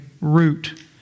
Root